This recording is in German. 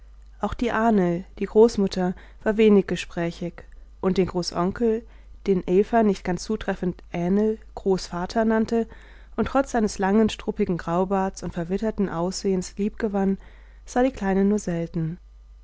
auch die ahnl die großmutter war wenig gesprächig und den großonkel den eva nicht ganz zutreffend ähnl großvater nannte und trotz seines langen struppigen graubarts und verwitterten aussehens liebgewann sah die kleine nur selten